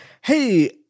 hey